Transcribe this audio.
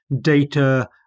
data